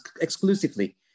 exclusively